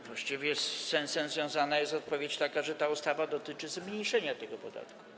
Właściwie z sensem związana jest odpowiedź taka, że ta ustawa dotyczy zmniejszenia tego podatku.